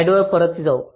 slide वर परत जाऊ